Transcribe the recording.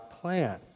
plan